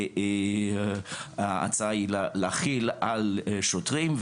ההצעה היא להחיל על שוטרים,